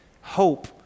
Hope